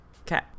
Okay